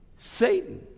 Satan